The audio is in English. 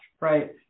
right